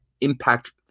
impact